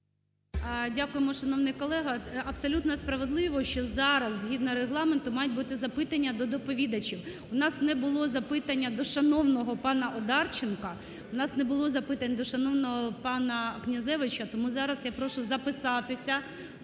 Дякуємо, шановний колега. Абсолютно справедливо, що зараз згідно Регламенту мають бути запитання до доповідачів. У нас не було запитання до шановного пана Одарченка, у нас не було запитань до шановного пана Князевича. Тому зараз я прошу записатися